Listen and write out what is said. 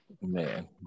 Man